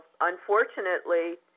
unfortunately